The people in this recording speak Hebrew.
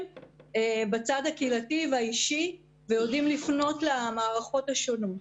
בצד הקהילתי והאישי ויודעים לפנות למערכות השונות.